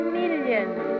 millions